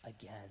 again